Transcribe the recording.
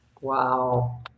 Wow